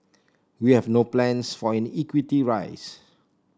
we have no plans for an equity rise